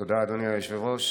תודה, אדוני היושב-ראש.